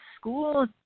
school